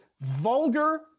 vulgar